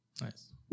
Nice